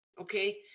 okay